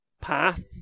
path